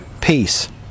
Peace